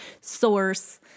Source